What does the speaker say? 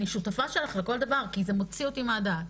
אני שותפה שלך לכל דבר כי זה מוציא אותי מהדעת.